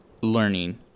learning